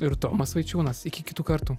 ir tomas vaičiūnas iki kitų kartų